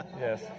yes